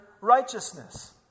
righteousness